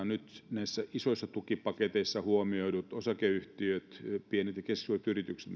nyt näissä isoissa tukipaketeissa huomioidut osakeyhtiöt pienet ja keskisuuret yritykset